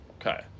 Okay